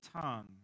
tongue